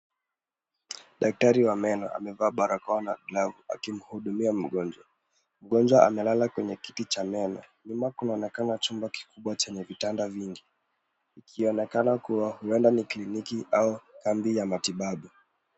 Daktari wa meno amevaa barakoa na glavu akimhudumia mgonjwa. Mgonjwa amelala kwenye kiti cha meno. Nyuma kunaonekana chumba kikubwa chenye vitanda vingi ikionekana kuwa huenda ni kliniki au kambi ya matibabu.